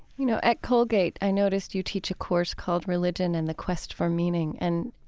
you know, at colgate, i noticed you teach a course called religion and the quest for meaning, and